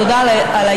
תודה על ההצטרפות,